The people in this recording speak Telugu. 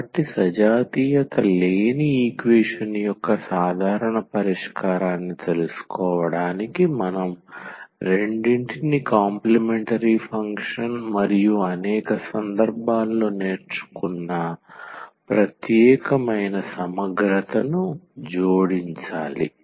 కాబట్టి సజాతీయత లేని ఈక్వేషన్ యొక్క సాధారణ పరిష్కారాన్ని తెలుసుకోవడానికి మనం రెండింటిని కాంప్లిమెంటరీ ఫంక్షన్ మరియు అనేక సందర్భాల్లో నేర్చుకున్న ప్రత్యేకమైన సమగ్రతను జోడించాలి